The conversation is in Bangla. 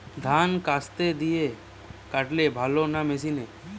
ধান কাস্তে দিয়ে কাটলে ভালো না মেশিনে?